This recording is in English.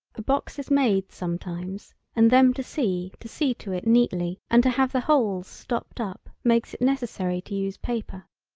a box is made sometimes and them to see to see to it neatly and to have the holes stopped up makes it necessary to use paper.